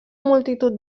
multitud